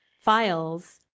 files